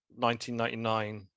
1999